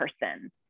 person